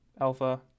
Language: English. Alpha